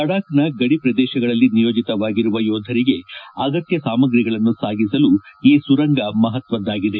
ಲಡಾಖ್ನ ಗಡಿ ಪ್ರದೇಶಗಳಲ್ಲಿ ನಿಯೋಜಿತವಾಗಿರುವ ಯೋಧರಿಗೆ ಅಗತ್ಯ ಸಾಮಗ್ರಿಗಳನ್ನು ಸಾಗಿಸಲು ಈ ಸುರಂಗ ಮಹತ್ವದ್ದಾಗಿದೆ